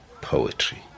Poetry